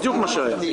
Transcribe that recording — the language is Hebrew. זה בדיוק מה שהיה.